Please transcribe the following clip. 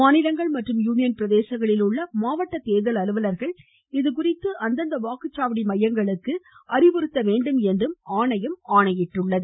மாநிலங்கள் மற்றும் யூனியன் பிரதேசங்களில் உள்ள மாவட்ட தேர்தல் அலுவலர்கள் இதுகுறித்த அந்தந்த வாக்குச்சாவடி மையங்களுக்கு அறிவுறுத்த வேண்டும் என்றும் ஆணையம் ஆணையிட்டுள்ளது